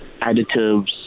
additives